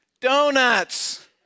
donuts